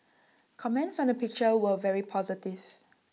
comments on the picture were very positive